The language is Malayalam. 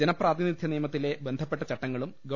ജനപ്രാതിനിധ്യ നിയമത്തിലെ ബന്ധപ്പെട്ട ചട്ടങ്ങളും ഗവ